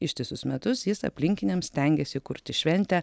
ištisus metus jis aplinkiniams stengiasi kurti šventę